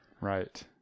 Right